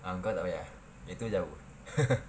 ah kau tak payah itu jauh